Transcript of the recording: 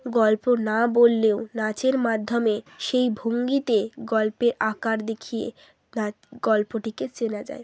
গল্প না বললেও নাচের মাধ্যমে সেই ভঙ্গিতে গল্পে আকার দেখিয়ে নাচ গল্পটিকে চেনা যায়